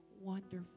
wonderful